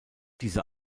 diese